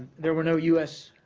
there were no u s.